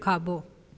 खाॿो